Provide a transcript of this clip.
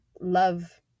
love